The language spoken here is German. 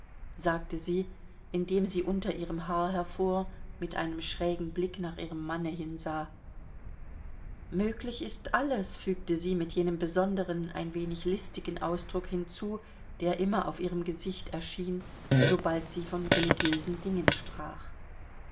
sagte sie indem sie unter ihrem haar hervor mit einem schrägen blick nach ihrem manne hinsah möglich ist alles fügte sie mit jenem besonderen ein wenig listigen ausdruck hinzu der immer auf ihrem gesicht erschien sobald sie von religiösen dingen sprach